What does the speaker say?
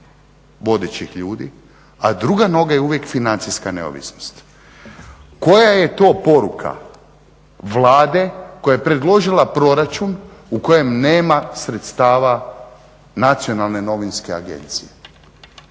vodećih ljudi, a druga noga je uvijek financijska neovisnost. Koja je to poruka Vlade koja je predložila proračun u kojem nema sredstava Nacionalne novinske agencije?